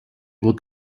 would